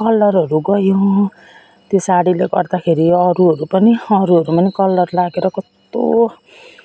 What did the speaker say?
कलरहरू गयो त्यो साडीले गर्दाखेरि अरूहरू पनि अरूहरूमा पनि कलर लागेर कस्तो